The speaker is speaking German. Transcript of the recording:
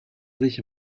sich